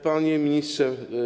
Panie Ministrze!